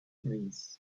means